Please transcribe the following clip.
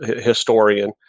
historian